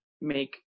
make